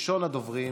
ראשון הדוברים,